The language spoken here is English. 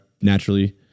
naturally